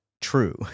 true